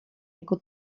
jako